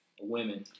women